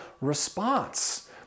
response